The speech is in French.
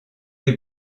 les